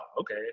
okay